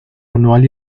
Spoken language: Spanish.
manual